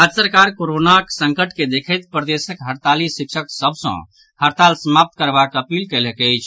राज्य सरकार कोरोनाक संकट के देखैत प्रदेशक हड़ताली शिक्षक सभ सॅ हड़ताल समाप्त करबाक अपील कयलक अछि